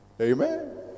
Amen